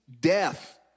death